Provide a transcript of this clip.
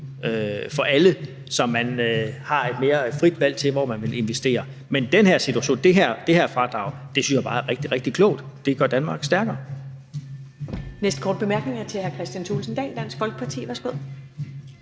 for alle, så man har et mere frit valg i forhold til, hvor man vil investere. Men i den her situation synes jeg, at det her fradrag er rigtig, rigtig klogt; det gør Danmark stærkere.